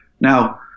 Now